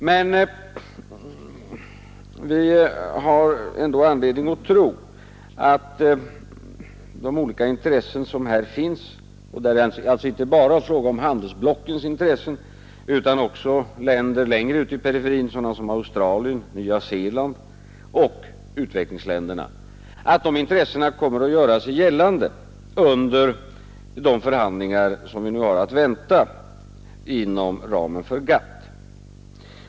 Men vi har ändå anledning att tro att de olika intressen som här finns, inte bara handelsblockens utan även andra länders längre ut i periferin — Australien, Nya Zeeland och utvecklingsländerna — kommer att göra sig gällande under de förhandlingar som vi nu har att vänta inom ramen för GATT.